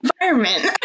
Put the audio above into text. environment